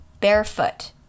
barefoot